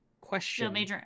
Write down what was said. Question